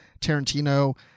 Tarantino